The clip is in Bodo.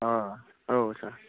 अह औ सार